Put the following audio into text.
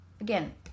again